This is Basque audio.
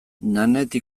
nanette